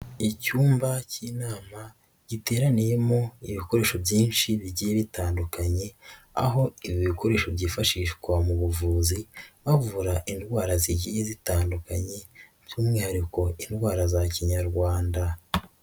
Icyumba k'inama giteraniyemo ibikoresho byinshi bigiye bitandukanye, aho ibi bikoresho byifashishwa mu buvuzi bavura indwara zigiye zitandukanye, by'umwihariko indwara za Kinyarwanda.